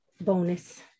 bonus